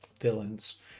villains